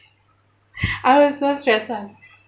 I was so stressed ah